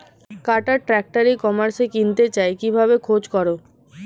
কাটার tractor e কমার্সে কিনতে চাই কিভাবে খোঁজ করো?